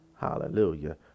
Hallelujah